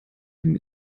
dem